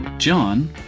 John